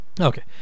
Okay